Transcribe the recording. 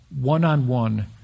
one-on-one